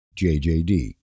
JJD